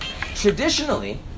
traditionally